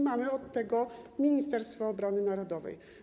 Mamy od tego Ministerstwo Obrony Narodowej.